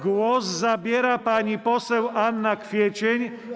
Głos zabiera pani poseł Anna Kwiecień.